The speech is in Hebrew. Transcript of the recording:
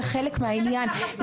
זה חלק מחסמיי השילוב.